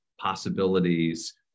possibilities